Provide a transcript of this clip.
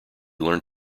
learned